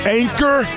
anchor